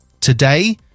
Today